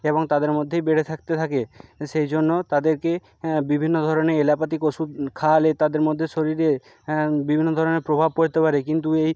এবং তাদের মধ্যেই বেড়ে থাকতে থাকে সেই জন্য তাদেরকে বিভিন্ন ধরণের এলাপাথিক ওষুধ খাওয়ালে তাদের মধ্যে শরীরে বিভিন্ন ধরণের প্রভাব পড়তে পারে কিন্তু এই